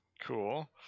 Cool